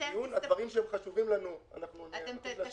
את הדברים שחשובים לנו נשאיר.